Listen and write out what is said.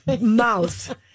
mouth